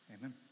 Amen